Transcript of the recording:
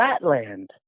flatland